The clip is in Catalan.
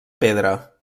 pedra